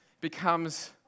becomes